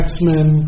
X-Men